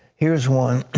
here's one.